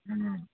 ꯎꯝ